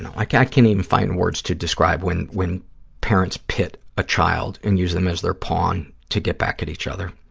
like can't even find words to describe when when parents pit a child and use them as their pawn to get back at each other.